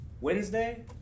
Wednesday